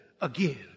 again